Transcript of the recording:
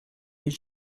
mais